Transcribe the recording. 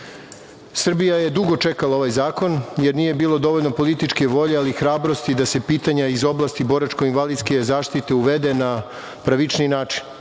Srbija je dugo čekala ovaj zakon, jer nije bilo dovoljno političke volje, ali i hrabrosti da se pitanja iz oblasti boračko-invalidske zaštite uvede na pravičniji